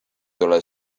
tule